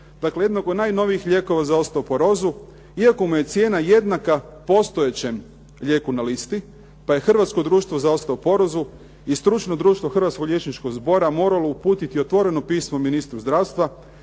Dakle, jednog od najnovijih lijekova za osteoporozu iako mu je cijena jednaka postojećem lijeku na listi, pa je Hrvatsko društvo za osteoporozu i Stručno društvo Hrvatskog liječničkog zbora moralo uputiti otvoreno pismo ministru zdravstva,